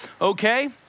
Okay